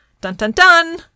dun-dun-dun